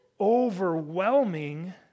overwhelming